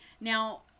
Now